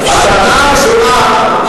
הטענה הראשונה: